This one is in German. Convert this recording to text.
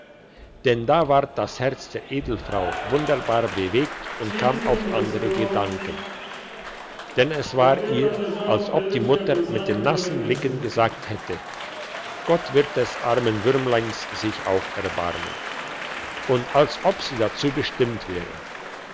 denn da ward das herz der edelfrau wunderbar bewegt und kam auf andere gedanken denn es war ihr als ob die mutter mit den nassen blicken gesagt hätte gott wird des armen würmleins sich auch erbarmen und als ob sie dazu bestimmt wäre